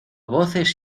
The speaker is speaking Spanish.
voces